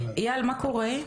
אייל, מה קורה?